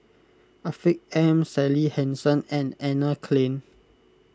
Afiq M Sally Hansen and Anne Klein